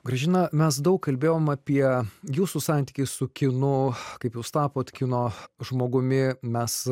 grąžina mes daug kalbėjome apie jūsų santykį su kinu kaip jūs tapote kino žmogumi mes